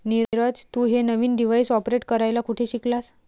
नीरज, तू हे नवीन डिव्हाइस ऑपरेट करायला कुठे शिकलास?